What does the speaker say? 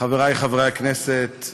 חברי חברי הכנסת,